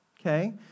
okay